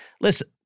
Listen